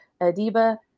adiba